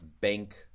bank